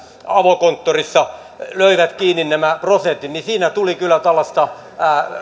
avokonttorissa he löivät kiinni nämä prosentit niin siinä tuli kyllä tällaista